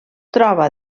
troba